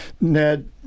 Ned